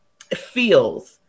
feels